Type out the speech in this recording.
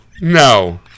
no